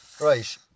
Right